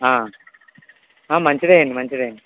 మంచిదేయండి మంచిదేయండి